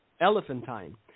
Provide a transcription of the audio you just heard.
Elephantine